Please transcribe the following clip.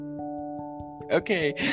Okay